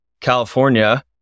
California